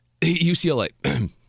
UCLA